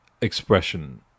expression